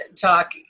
talk